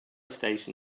station